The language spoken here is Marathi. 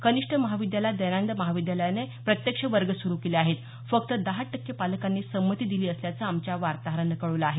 कनिष्ठ महाविद्यालयात दयानंद महाविद्यालयाने प्रत्यक्ष वर्ग सुरु केले आहेत फक्त दहा टक्के पालकांनी संमती दिली असल्याचं आमच्या वार्ताहरानं कळवलं आहे